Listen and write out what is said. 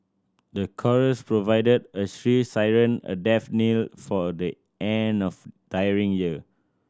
the chorus provided a shrill siren a death knell for a day end of a tiring year